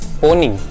pony